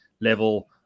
level